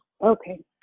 Okay